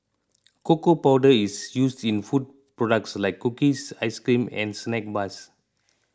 cocoa powder is used in food products like cookies ice cream and snack bars